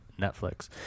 Netflix